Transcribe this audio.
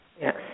Yes